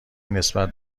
نسبت